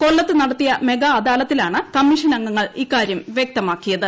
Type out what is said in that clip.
കൊല്ലത്ത് നടത്തിയ മെഗാഅദാലത്തിലാണ് കമ്മീഷൻ അംഗങ്ങൾ ഇക്കാര്യം വ്യക്തമാക്കിയത്